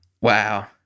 Wow